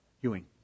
Ewing